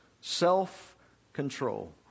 self-control